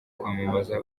kwamamaza